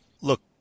look